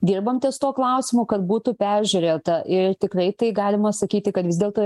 dirbam ties tuo klausimu kad būtų peržiūrėta ir tikrai tai galima sakyti kad vis dėlto